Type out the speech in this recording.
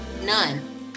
None